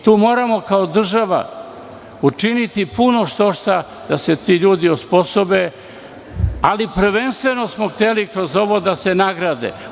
Tu moramo, kao država, učiniti puno štošta da se ti ljudi osposobe, ali prvenstveno smo hteli kroz ovo da se nagrade.